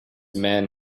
men